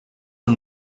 are